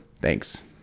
Thanks